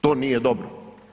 To nije dobro.